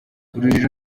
urujijo